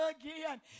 again